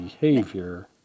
behavior